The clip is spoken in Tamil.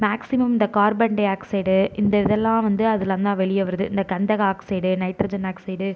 மேக்சிமம் இந்த கார்பன் டைஆக்சைடு இந்த இதெல்லாம் வந்து அதுலேருந்து தான் வெளியே வருகுது இந்த கந்தக ஆக்சைடு நைட்ரஜன் ஆக்சைடு